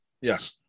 yes